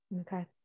Okay